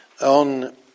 On